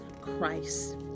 Christ